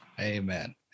Amen